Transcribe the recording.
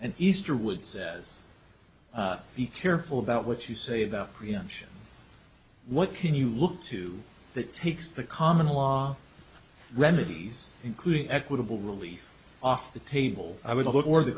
an easter would says be careful about what you say about preemption what can you look to that takes the common law remedies including equitable relief off the table i would look for th